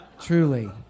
Truly